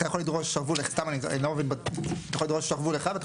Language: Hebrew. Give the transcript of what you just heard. כי אתה יכול לדרוש שרוול אחד ואתה יכול